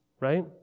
right